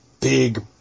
big